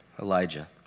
Elijah